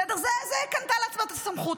בסדר, זה, זה, היא קנתה לעצמה את הסמכות.